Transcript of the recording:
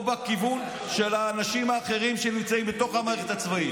או בכיוון של האנשים האחרים שנמצאים במערכת הצבאית.